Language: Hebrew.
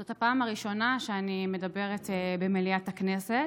זאת הפעם הראשונה שאני מדברת במליאת הכנסת,